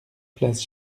place